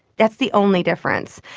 that's the only difference.